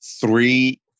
Three